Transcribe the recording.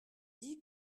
dit